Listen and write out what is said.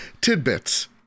Tidbits